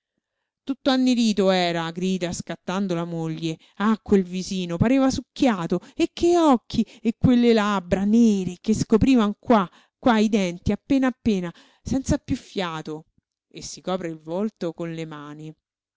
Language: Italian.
doveva tutto annerito era grida scattando la moglie ah quel visino pareva succhiato e che occhi e quelle labbra nere che scoprivan qua qua i denti appena appena senza piú fiato e si copre il volto con le mani